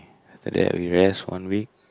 like that we rest one week